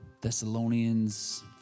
Thessalonians